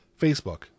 Facebook